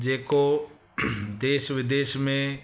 जेको देश विदेश में